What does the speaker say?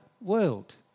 world